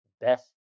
best